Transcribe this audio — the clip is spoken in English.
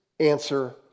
answer